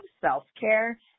self-care